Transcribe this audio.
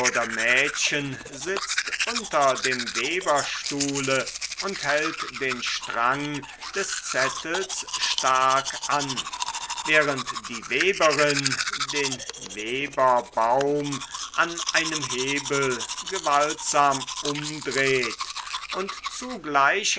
sitzt unter dem weberstuhle und hält den strang des zettels stark an während die weberin den weberbaum an einem hebel gewaltsam umdreht und zugleich